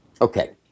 Okay